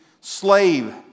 slave